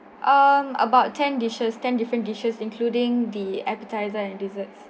ah about ten dishes ten different dishes including the appetiser and dessert